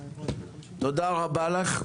תודה רבה לך.